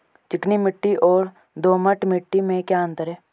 चिकनी मिट्टी और दोमट मिट्टी में क्या अंतर है?